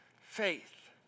faith